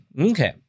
Okay